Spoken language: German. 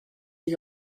ich